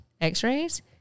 x-rays